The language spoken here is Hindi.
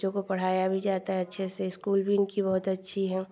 बच्चों को पढ़ाया भी जाता है अच्छे से स्कूल भी इनका बहुत अच्छा है